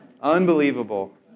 unbelievable